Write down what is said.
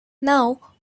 now